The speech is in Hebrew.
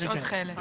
יש עוד חלק.